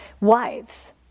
Wives